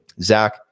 Zach